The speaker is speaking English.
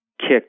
kick